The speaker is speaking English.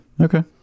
okay